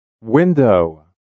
Window (